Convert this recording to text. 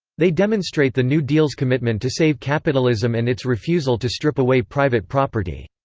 they demonstrate the new deal's commitment to save capitalism and its refusal to strip away private property.